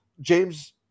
James